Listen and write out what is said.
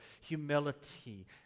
humility